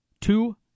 two